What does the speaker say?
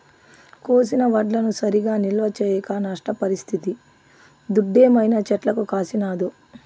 కోసిన వడ్లను సరిగా నిల్వ చేయక నష్టపరిస్తిది దుడ్డేమైనా చెట్లకు కాసినాదో